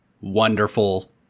wonderful